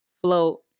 float